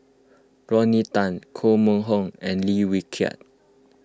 Rodney Tan Koh Mun Hong and Lim Wee Kiak